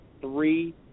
three